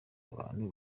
abantu